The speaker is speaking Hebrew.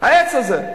העץ הזה.